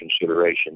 consideration